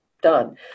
Done